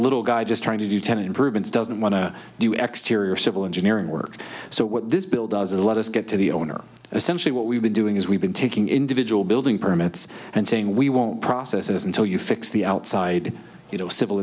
little guy just trying to do ten improvements doesn't want to do exteriors civil engineering work so what this bill does is let us get to the owner essentially what we've been doing is we've been taking individual building permits and saying we won't process is until you fix the outside you know civil